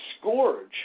scourge